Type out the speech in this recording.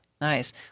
nice